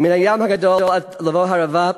ומן הים הגדול עד לבוא הערבה,